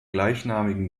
gleichnamigen